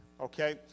okay